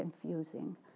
confusing